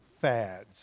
fads